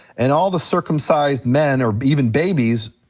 and all the circumcised men, or even babies,